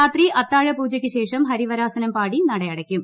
രാത്രി അത്താഴ പൂജക്ക് ശേഷം ഹരിവരാസനം പാടി നട അടയ്ക്കും